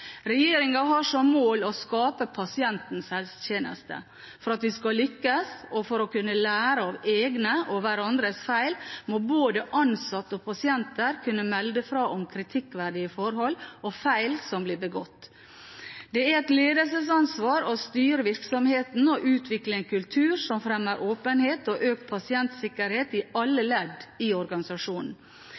har som mål å skape pasientens helsetjeneste. For at vi skal lykkes, og for å kunne lære av egne og hverandres feil, må både ansatte og pasienter kunne melde fra om kritikkverdige forhold og feil som blir begått. Det er et ledelsesansvar å styre virksomhetene og utvikle en kultur som fremmer åpenhet og økt pasientsikkerhet i alle ledd i organisasjonen.